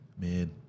Man